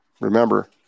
remember